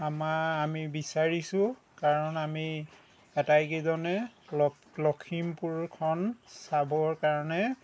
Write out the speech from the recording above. আমাৰ আমি বিচাৰিছোঁ কাৰণ আমি আটাইকেইজনে ল লখিমপুৰখন চাবৰ কাৰণে